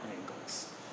angles